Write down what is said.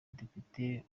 depite